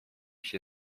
się